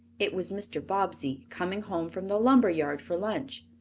it was mr. bobbsey, coming home from the lumber yard for lunch.